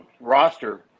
roster